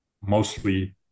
mostly